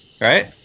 right